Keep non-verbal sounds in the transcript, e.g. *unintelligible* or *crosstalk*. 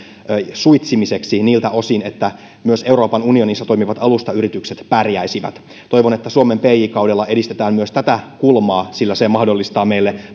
suitsimiseksi niiltä osin että myös euroopan unionissa toimivat alustayritykset pärjäisivät toivon että suomen pj kaudella edistetään myös tätä kulmaa sillä se mahdollistaa meille *unintelligible*